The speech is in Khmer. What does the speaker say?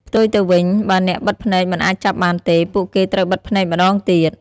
ផ្ទុយទៅវិញ បើអ្នកបិទភ្នែកមិនអាចចាប់បានទេ ពួកគេត្រូវបិទភ្នែកម្ដងទៀត។